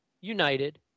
United